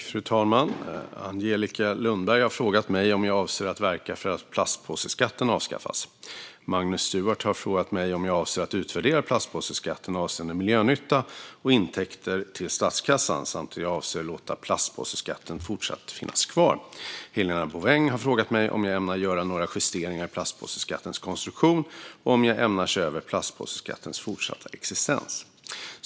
Fru talman! Angelica Lundberg har frågat mig om jag avser att verka för att plastpåseskatten avskaffas. Magnus Stuart har frågat mig om jag avser att utvärdera plastpåseskatten avseende miljönytta och intäkter till statskassan samt om jag avser att låta plastpåseskatten fortsatt finnas kvar. Helena Bouveng har frågat mig om jag ämnar göra några justeringar i plastpåseskattens konstruktion och om jag ämnar se över plastpåseskattens fortsatta existens.